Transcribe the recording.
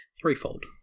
Threefold